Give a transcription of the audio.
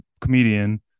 comedian